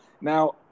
Now